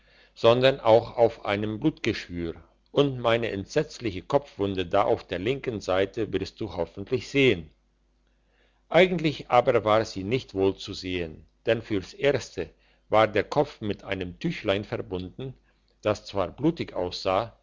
sondern auch auf einem blutgeschwür und meine entsetzliche kopfwunde da auf der linken seite wirst du hoffentlich sehn eigentlich aber war sie nicht wohl zu sehen denn fürs erste war der kopf mit einem tüchlein verbunden das zwar blutig aussah